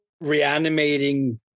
reanimating